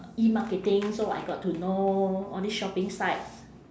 e-marketing so I got to know all these shopping site